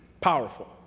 powerful